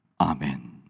amen